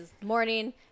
morning